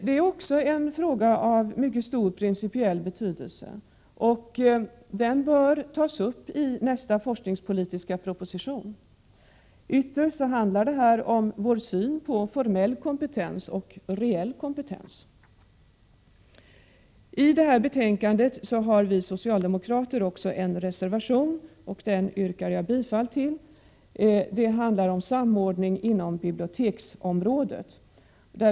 Det här är också en fråga av mycket stor principiell betydelse, och den bör tas upp i nästa forskningspolitiska proposition. Ytterst handlar det här om vår syn på formell kompetens och reell kompetens. I det här betänkandet har vi socialdemokrater också en reservation, som jag yrkar bifall till. Den handlar om samordning inom biblioteksområdet.